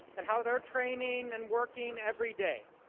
and how their training and working every day.